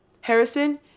Harrison